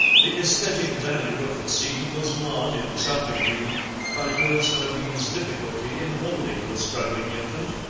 the aesthetic value of the scene was marred in some degree by rose-marie's difficulty in holding the struggling infant,